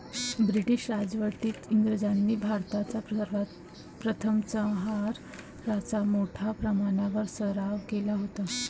British राजवटीत इंग्रजांनी भारतात सर्वप्रथम चहाचा मोठ्या प्रमाणावर सराव केला होता